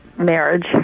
marriage